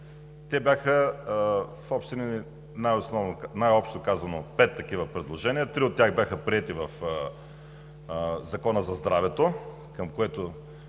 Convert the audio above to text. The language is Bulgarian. Те бяха в общи линии, най-общо казано, пет такива предложения. Три от тях бяха приети в Закона за здравето, който